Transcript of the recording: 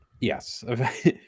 Yes